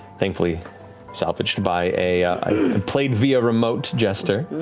thankfully salvaged by a played-via-remote jester.